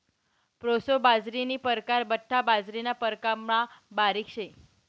proso बाजरीना परकार बठ्ठा बाजरीना प्रकारमा बारीक शे